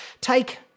Take